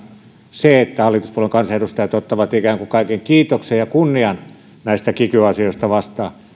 se että hallituspuolueiden kansanedustajat ottavat ikään kuin kaiken kiitoksen ja kunnian näistä kiky asioista vastaan